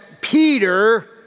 Peter